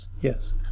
Yes